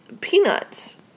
peanuts